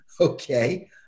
Okay